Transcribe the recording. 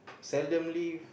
seldom leave